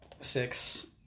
six